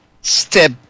step